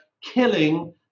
killing